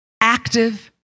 active